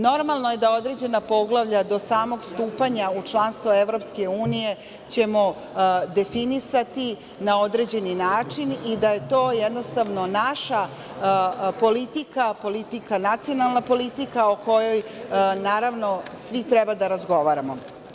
Normalno je da određena poglavlja do samog stupanja u članstvo EU ćemo definisati na određeni način i da je to jednostavno naša politika, nacionalna politika o kojoj svi treba da razgovaramo.